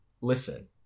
Listen